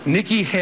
Nikki